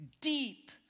deep